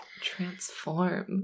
Transform